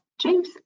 James